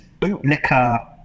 bootlicker